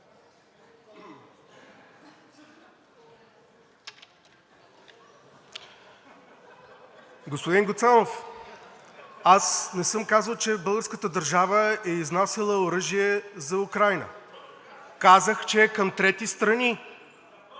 Господин Гуцанов, аз не съм казал, че българската държава е изнасяла оръжие за Украйна. Казах, че е към трети страни.